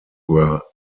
were